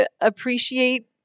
appreciate